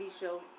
Show